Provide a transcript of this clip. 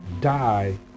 die